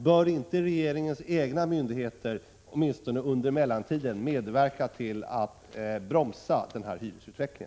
Bör inte regeringens egna myndigheter åtminstone under mellantiden medverka till att bromsa denna hyresutveckling?